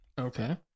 Okay